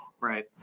Right